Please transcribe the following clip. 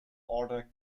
order